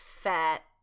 fat